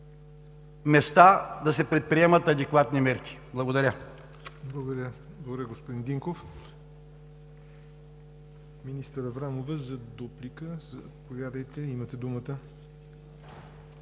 места, да се предприемат адекватни мерки. Благодаря.